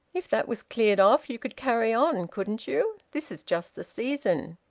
if that was cleared off, you could carry on, couldn't you? this is just the season.